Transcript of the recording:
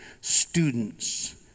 students